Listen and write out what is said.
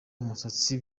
umusatsi